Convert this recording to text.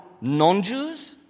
non-Jews